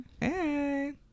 Hey